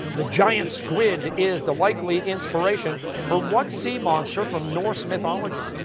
the giant squid is the likely inspiration for what sea monster from norse mythology?